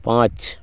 पाँच